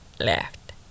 left